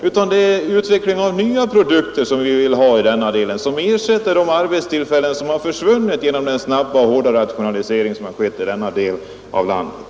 Vi vill ha en utveckling av nya produkter, som ersätter de arbetstillfällen som försvunnit genom den hårda och snabba rationalisering som skett i denna del av landet.